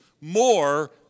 more